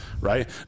right